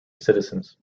citizens